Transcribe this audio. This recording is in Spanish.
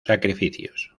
sacrificios